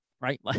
Right